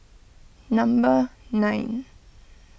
number nine